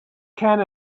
can